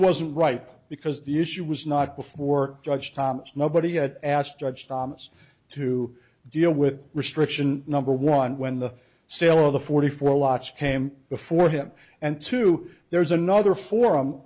wasn't right because the issue was not before judge thomas nobody had asked judge thomas to deal with restriction number one when the sale of the forty four lots came before him and too there was another forum